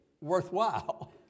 worthwhile